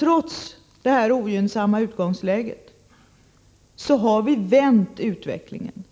Trots detta ogynnsamma utgångsläge har vi vänt utvecklingen.